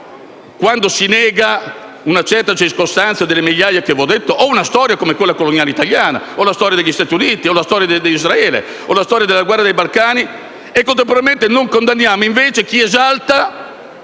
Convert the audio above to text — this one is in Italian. quando si nega una certa circostanza delle migliaia che ho citato o una storia come quella coloniale italiana, o la storia degli Stati Uniti o quella di Israele o quella della guerra dei Balcani e contemporaneamente invece non condanniamo chi esalta